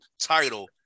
title